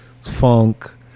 funk